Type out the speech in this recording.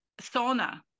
Sauna